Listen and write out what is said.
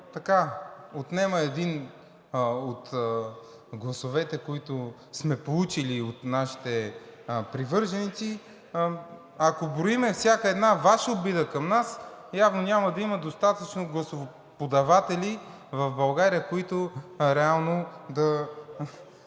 отнема един от гласовете, които сме получили от нашите привърженици. Ако броим всяка една Ваша обида към нас, явно няма да има достатъчно гласоподаватели в България, които реално да